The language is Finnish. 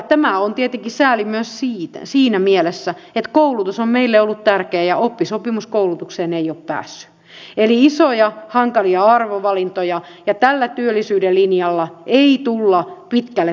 tämä on tietenkin sääli myös siinä mielessä että koulutus on meille ollut tärkeä ja oppisopimuskoulutukseen ei ole päässyt eli isoja hankalia arvovalintoja ja tällä työllisyyden linjalla ei tulla pitkälle pötkimään